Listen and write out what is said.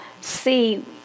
see